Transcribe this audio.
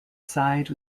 side